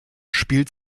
spielt